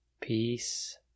Peace